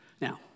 now